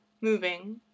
moving